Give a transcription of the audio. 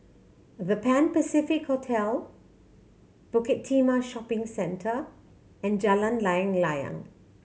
The Pan Pacific Hotel Bukit Timah Shopping Centre and Jalan Layang Layang